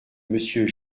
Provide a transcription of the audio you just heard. monsieur